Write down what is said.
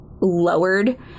lowered